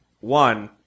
one